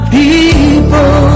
people